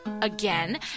again